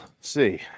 see